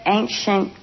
ancient